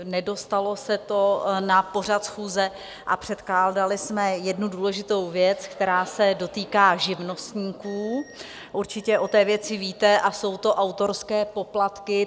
Nedostalo se to na pořad schůze a předkládali jsme jednu důležitou věc, která se dotýká živnostníků, určitě o té věci víte, a jsou to autorské poplatky.